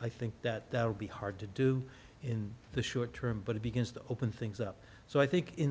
i think that would be hard to do in the short term but it begins to open things up so i think in